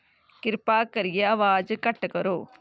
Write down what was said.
किरपा करियै अवाज घट्ट करो